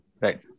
Right